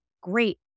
great